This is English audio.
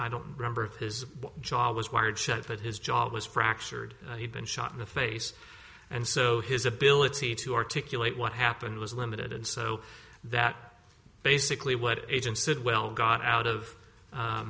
i don't remember of his jaw was wired shut but his jaw was fractured he had been shot in the face and so his ability to articulate what happened was limited and so that basically what agent said well got out of